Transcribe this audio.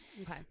Okay